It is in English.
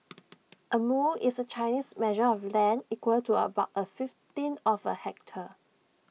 A mu is A Chinese measure of land equal to about A fifteenth of A hectare